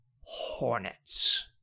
Hornets